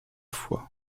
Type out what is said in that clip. fois